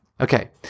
Okay